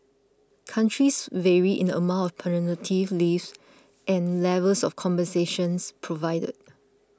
countries vary in the amount paternity leaves and levels of compensations provided